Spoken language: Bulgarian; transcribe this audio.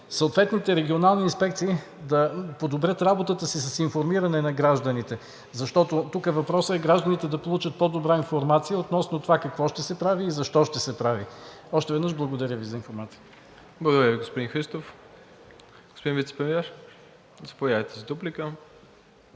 съответните регионални инспекции да подобрят работата си с информиране на гражданите, защото тук е въпросът гражданите да получат по-добра информация относно това какво ще се прави и защо ще се прави. Още веднъж, благодаря Ви за информацията. ПРЕДСЕДАТЕЛ МИРОСЛАВ ИВАНОВ: Благодаря Ви, господин Христов. Господин Вицепремиер, заповядайте за дуплика.